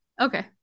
Okay